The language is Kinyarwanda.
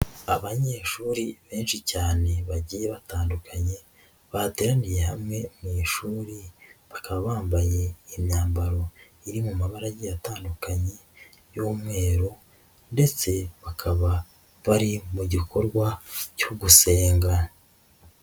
Abanyeshuri benshi cyane bagiye batandukanye, bateraniye hamwe mu ishuri, bakaba bambaye imyambaro iri mu mabarage atandukanye y'umweru ndetse bakaba bari mu gikorwa cyo gusenga.